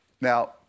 Now